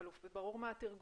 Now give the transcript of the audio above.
ברור מה התרגום,